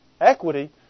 equity